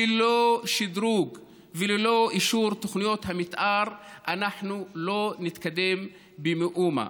ללא שדרוג וללא אישור תוכניות המתאר אנחנו לא נתקדם במאומה.